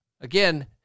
again